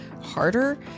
harder